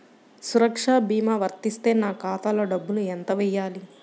సురక్ష భీమా వర్తిస్తే నా ఖాతాలో డబ్బులు ఎంత వేయాలి?